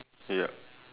ya